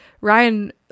Ryan